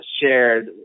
shared